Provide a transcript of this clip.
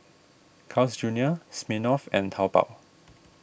Carl's Junior Smirnoff and Taobao